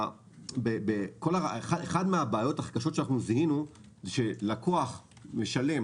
אחת הבעיות הכי קשות שזיהינו היא כשלקוח משלם